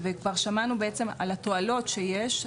ובעצם כבר שמענו על התועלות שיש,